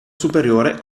superiore